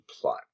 plot